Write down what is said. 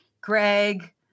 Greg